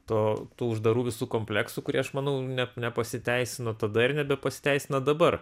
to tų uždarų visų kompleksų kurie aš manau ne nepasiteisino tada ir nebepasiteisino dabar